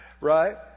Right